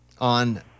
On